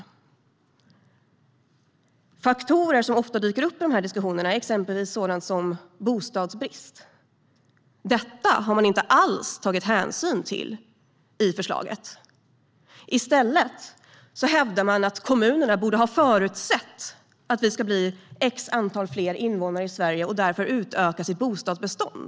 Bland de faktorer som ofta dyker upp i de här diskussionerna finns exempelvis sådant som bostadsbrist. Detta har man inte alls tagit hänsyn till i förslaget. I stället hävdar man att kommunerna borde ha förutsett att vi skulle bli x fler invånare i Sverige och därför utökat sitt bostadsbestånd.